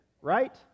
right